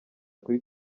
kuri